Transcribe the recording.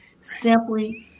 Simply